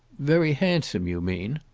very handsome, you mean?